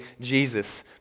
Jesus